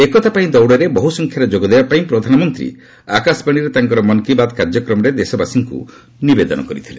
ଏକତା ପାଇଁ ଦୌଡ଼ରେ ବହୁ ସଂଖ୍ୟାରେ ଯୋଗ ଦେବାପାଇଁ ପ୍ରଧାନମନ୍ତ୍ରୀ ଆକାଶବାଣୀରେ ତାଙ୍କର ମନ୍ କୀ ବାତ୍ କାର୍ଯ୍ୟକ୍ରମରେ ଦେଶବାସୀଙ୍କୁ ନିବେଦନ କରିଥିଲେ